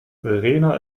verena